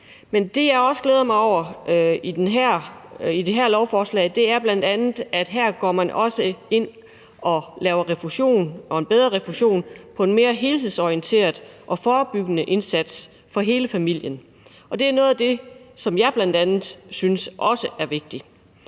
Men det, jeg også glæder mig over i det her lovforslag, er bl.a., at man her går ind og laver refusion, en bedre refusion, i en mere helhedsorienteret og forebyggende indsats for hele familien. Og det er noget af det, som jeg synes er vigtigt.